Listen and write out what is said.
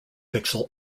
pixel